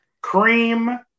cream